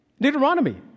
Deuteronomy